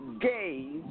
gays